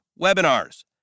webinars